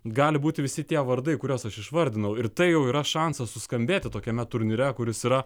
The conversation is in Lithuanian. gali būti visi tie vardai kuriuos aš išvardinau ir tai jau yra šansas suskambėti tokiame turnyre kuris yra